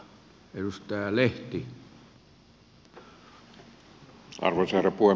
arvoisa herra puhemies